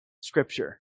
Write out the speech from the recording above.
scripture